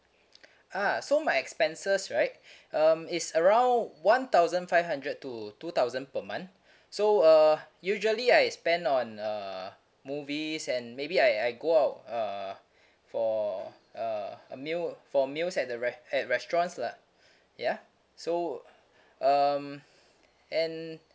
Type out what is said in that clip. ah so my expenses right um is around one thousand five hundred to two thousand per month so uh usually I spend on uh movies and maybe I I go out uh for uh a meal for meals at the re~ at restaurants lah ya so um and